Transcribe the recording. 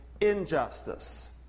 injustice